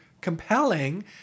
compelling